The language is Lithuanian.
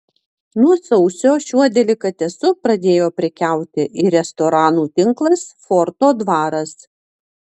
nuo sausio šiuo delikatesu pradėjo prekiauti ir restoranų tinklas forto dvaras